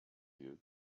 you